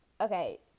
Okay